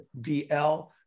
VL